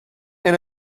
and